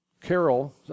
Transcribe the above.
Carol